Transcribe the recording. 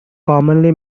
commonly